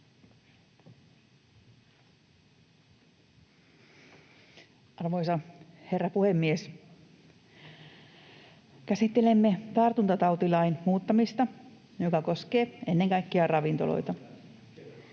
Arvoisa herra puhemies! Käsittelemme tartuntatautilain muuttamista, joka koskee ennen kaikkea ravintoloita.